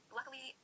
Luckily